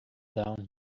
down